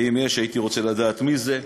ואם יש, הייתי רוצה לדעת מי זה.